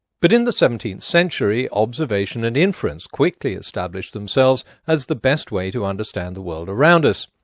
but in the seventeenth century observation and inference quickly established themselves as the best way to understand the world around us.